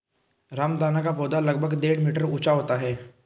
रामदाना का पौधा लगभग डेढ़ मीटर ऊंचा होता है